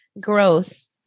Growth